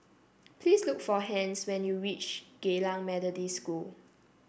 please look for Hence when you reach Geylang Methodist School